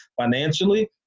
financially